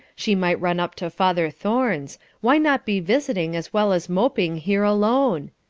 she might run up to father thorne's why not be visiting as well as moping here alone?